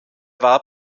war